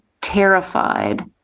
terrified